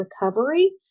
recovery